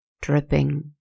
dripping